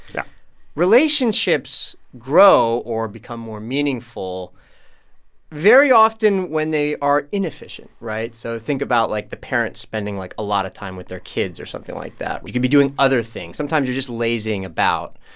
yeah relationships grow or become more meaningful very often when they are inefficient, right? so think about, like, the parents spending, like, a lot of time with their kids or something like that. you can be doing other things. sometimes, you're just lazing about.